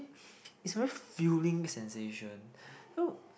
is very filling sensation so